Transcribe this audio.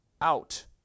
out